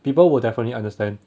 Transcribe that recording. people will definitely understand